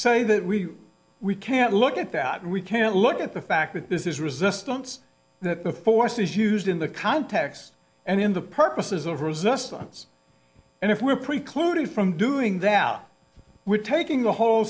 say that we we can't look at that we can't look at the fact that this is resistance that the force is used in the context and in the purposes of resistance and if we're precluded from doing that we're taking the whole